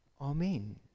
Amen